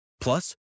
Plus